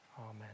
Amen